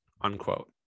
unquote